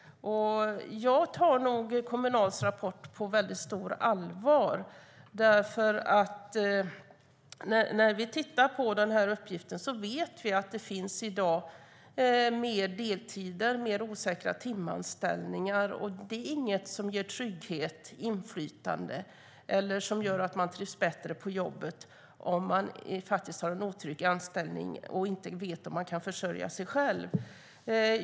Jag tar Kommunals rapport på stort allvar. När vi tittar på denna uppgift vet vi att det i dag finns fler deltider och osäkra timanställningar. Att ha en otrygg anställning och inte veta om man kan försörja sig själv ger inte trygghet eller inflytande och gör inte att man trivs bättre på jobbet.